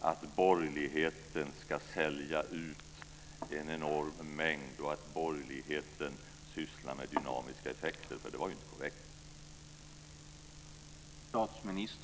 att borgerligheten ska sälja ut en enorm mängd och att borgerligheten sysslar med dynamiska effekter, för det var ju inte korrekt.